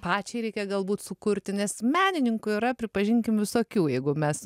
pačiai reikia galbūt sukurti nes menininkų yra pripažinkim visokių jeigu mes